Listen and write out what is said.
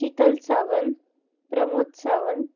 Shital Sawant Pramod Sawant